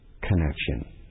connection